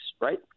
right